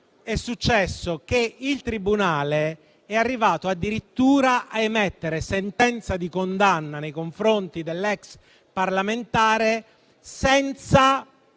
è successo che il tribunale è arrivato addirittura ad emettere sentenza di condanna nei confronti dell'ex parlamentare senza